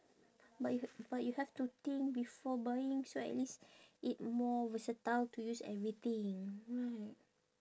but if but you have to think before buying so at least it more versatile to use everything right